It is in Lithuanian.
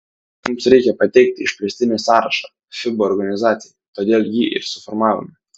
mums reikia pateikti išplėstinį sąrašą fiba organizacijai todėl jį ir suformavome